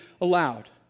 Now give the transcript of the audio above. allowed